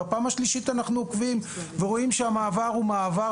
בפעם השלישית אנחנו עוקבים ורואים שהמעבר הוא מעבר